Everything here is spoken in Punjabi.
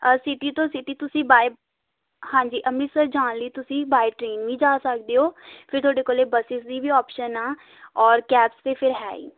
ਸਿਟੀ ਤੋਂ ਸਿਟੀ ਤੁਸੀਂ ਬਾਏ ਹਾਂਜੀ ਅੰਮ੍ਰਿਤਸਰ ਜਾਣ ਲਈ ਤੁਸੀਂ ਬਾਏ ਟ੍ਰੇਨ ਵੀ ਜਾ ਸਕਦੇ ਹੋ ਫਿਰ ਤੁਹਾਡੇ ਕੋਲੇ ਬੱਸਿਸ ਦੀ ਵੀ ਔਪਸ਼ਨ ਆ ਔਰ ਕੈਬਸ ਤਾਂ ਫਿਰ ਹੈ ਹੀ